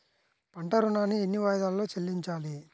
పంట ఋణాన్ని ఎన్ని వాయిదాలలో చెల్లించాలి?